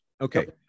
okay